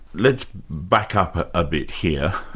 let's back up a bit here.